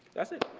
that's it.